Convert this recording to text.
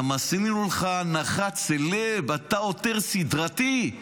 גם עשינו לך הנחת סלב, אתה עותר סדרתי,